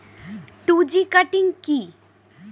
Two G cutting কি?